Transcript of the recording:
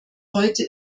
heute